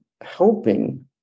helping